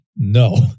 No